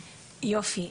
שוב,